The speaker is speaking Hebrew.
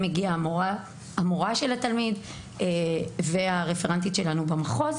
המורה של התלמיד והרפרנטית שלנו במחוז,